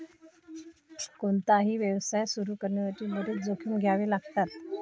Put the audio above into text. कोणताही व्यवसाय सुरू करण्यासाठी बरेच जोखीम घ्यावे लागतात